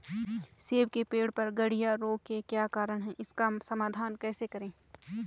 सेब के पेड़ पर गढ़िया रोग के क्या कारण हैं इसका समाधान कैसे करें?